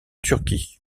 turquie